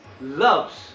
loves